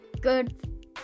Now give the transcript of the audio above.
good